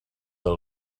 that